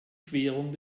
querung